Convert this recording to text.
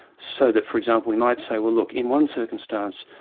so that, for example, we might say, well look, in one circumstance,